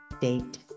date